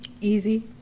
Easy